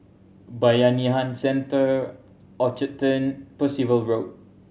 Bayanihan Centre Orchard Turn Percival Road